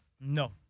No